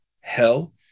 hell